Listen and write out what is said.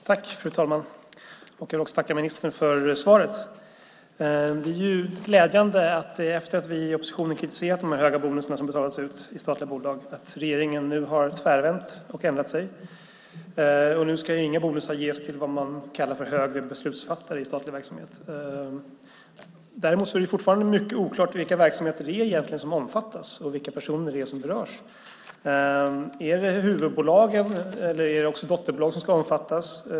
Fru talman! Jag vill tacka ministern för svaret. Det är glädjande att regeringen nu har tvärvänt efter att vi i oppositionen har kritiserat de höga bonusar som betalats ut i statliga bolag. Nu ska inga bonusar ges till vad man kallar för högre beslutsfattare i statlig verksamhet. Däremot är det fortfarande oklart vilka verksamheter som egentligen omfattas och vilka personer som berörs. Är det huvudbolagen, eller ska också dotterbolag omfattas?